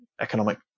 economic